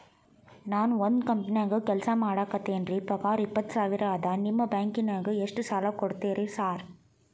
ನಾನ ಒಂದ್ ಕಂಪನ್ಯಾಗ ಕೆಲ್ಸ ಮಾಡಾಕತೇನಿರಿ ಪಗಾರ ಇಪ್ಪತ್ತ ಸಾವಿರ ಅದಾ ನಿಮ್ಮ ಬ್ಯಾಂಕಿನಾಗ ಎಷ್ಟ ಸಾಲ ಕೊಡ್ತೇರಿ ಸಾರ್?